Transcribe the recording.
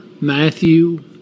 Matthew